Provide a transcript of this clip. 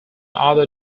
other